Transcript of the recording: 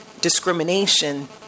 discrimination